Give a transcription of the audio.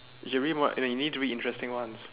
you should read more no you need to read interesting ones